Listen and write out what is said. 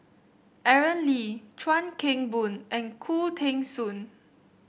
Aaron Lee Chuan Keng Boon and Khoo Teng Soon